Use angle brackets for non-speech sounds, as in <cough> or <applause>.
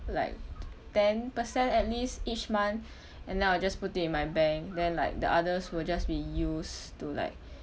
like ten percent at least each month <breath> and then I'll just put it in my bank then like the others will just be used to like